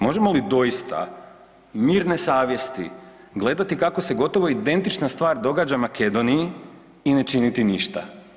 Možemo li doista mirne savjesti gledati kako se gotovo identična stvar događa Makedoniji i ne činiti ništa.